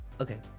Okay